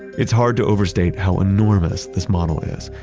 it's hard to overstate how enormous this model is.